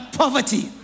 poverty